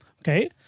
Okay